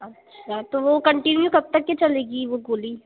अच्छा तो वो कंटिन्यू कब तक ये चलेगी वो गोली